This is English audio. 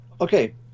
okay